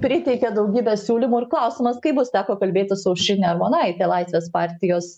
priteikė daugybę siūlymų ir klausimas kaip bus teko kalbėtis su aušrine armonaite laisvės partijos